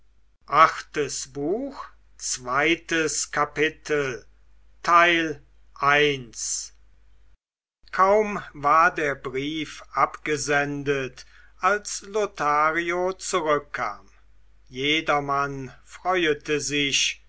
zweites kapitel kaum war der brief abgesendet als lothario zurückkam jedermann freuete sich